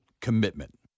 commitment